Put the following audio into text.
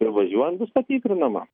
ir važiuojant bus patikrinama